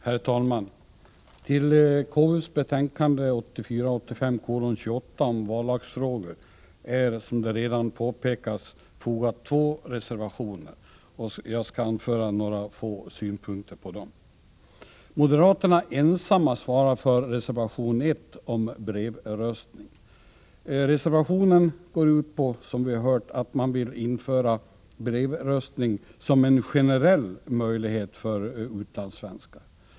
Herr talman! Till konstitutionsutskottets betänkande 1984/85:28 om vallagsfrågor är, som redan påpekats, fogade två reservationer, och jag skall anföra några få synpunkter på dem. Moderaterna svarar ensamma för reservation 1 om brevröstning. Reservationen går ut på, som vi har hört, att moderaterna vill införa brevröstning som en generell möjlighet för utlandssvenskar.